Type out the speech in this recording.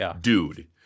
dude